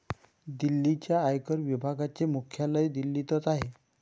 दिल्लीच्या आयकर विभागाचे मुख्यालय दिल्लीतच आहे